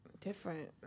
different